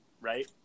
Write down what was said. right